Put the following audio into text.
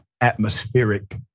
atmospheric